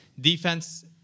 Defense